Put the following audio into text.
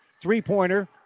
three-pointer